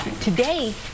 Today